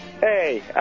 Hey